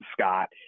Scott